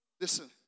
Listen